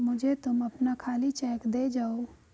मुझे तुम अपना खाली चेक दे जाओ